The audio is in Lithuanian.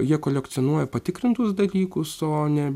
jie kolekcionuoja patikrintus dalykus o ne